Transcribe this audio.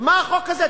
ומה החוק הזה?